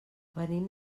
venim